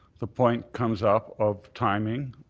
the point comes up of timing.